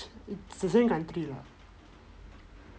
its the same country lah